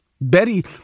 Betty